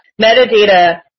metadata